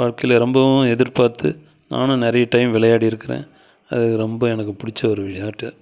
வாழ்க்கையில் ரொம்பவும் எதிர்பார்த்து நானும் நிறைய டைம் விளையாடிருக்குறேன் அது ரொம்ப எனக்கு பிடிச்ச ஒரு விளையாட்டு